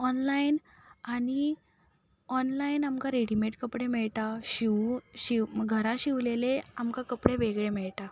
online आनी online आमकां readymade कपडे मेळटा शिंवू शींव घरा शिंवलेले आमकां कपडे वेगळे मेळटा